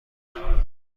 میدارم